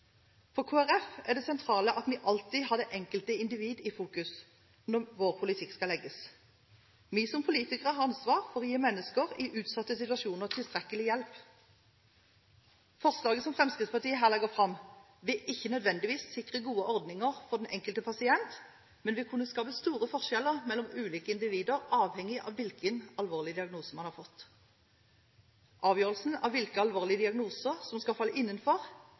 For Kristelig Folkeparti er det sentrale at vi alltid har det enkelte individ i fokus når vår politikk skal legges. Vi som politikere har ansvar for å gi mennesker i utsatte situasjoner tilstrekkelig hjelp. Forslaget som Fremskrittspartiet her legger fram, vil ikke nødvendigvis sikre gode ordninger for den enkelte pasient, men vil kunne skape store forskjeller mellom ulike individer avhengig av hvilken alvorlig diagnose man har fått. Avgjørelsen av hvilke alvorlige diagnoser som skal falle innenfor,